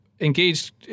engaged